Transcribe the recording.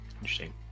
Interesting